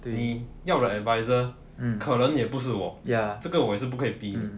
你要的 advisor 可能也不是我这个我也是不可以逼你